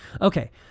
Okay